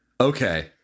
Okay